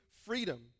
freedom